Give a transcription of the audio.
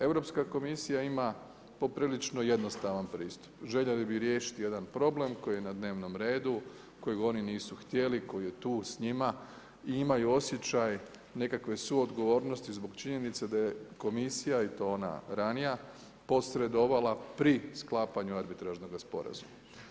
Europska komisija ima poprilično jednostavan pristup, željeli bi riješiti jedan problem, koji je na dnevnom redu, koji oni nisu htjeli, koji je tu s njima i imaju osjećaj, nekakve suodgovornosti zbog činjenice da je komisija i to ona ranija posredovala pri sklapanju arbitražnoga sporazuma.